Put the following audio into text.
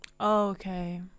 Okay